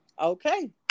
Okay